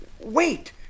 Wait